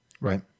Right